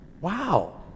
wow